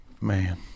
Man